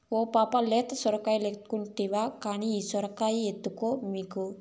ఓ పాపా లేత సొరకాయలెక్కుంటివి కానీ ఈ సొరకాయ ఎత్తుకో మీకు